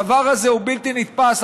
הדבר הזה הוא בלתי נתפס.